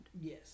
Yes